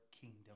kingdom